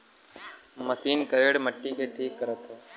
machine करेड़ मट्टी के ठीक करत हौ